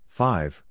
five